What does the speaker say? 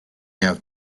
have